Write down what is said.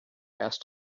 asked